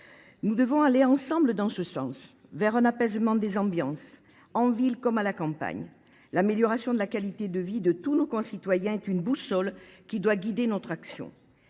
Nous devons aller ensemble dans ce sens, vers un apaisement des ambiances, en ville comme à la campagne. L'amélioration de la qualité de vie de tous nos concitoyens est une boussole qui doit guider notre action.